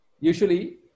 usually